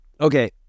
okay